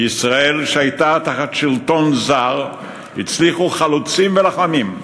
מישראל שהייתה תחת שלטון זר הצליחו חלוצים ולוחמים,